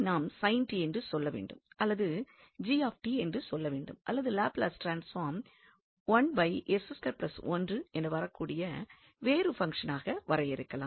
நாம் இதை sin t என்று சொல்ல வேண்டும் அல்லது g என்று சொல்ல வேண்டும் அல்லது லாப்லஸ் ட்ரான்ஸ்பார்ம் என வரக்கூடிய வேறு பங்ஷனாக வரையறுக்கலாம்